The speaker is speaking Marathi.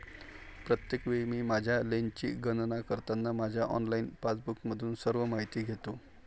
प्रत्येक वेळी मी माझ्या लेनची गणना करताना माझ्या ऑनलाइन पासबुकमधून सर्व माहिती घेतो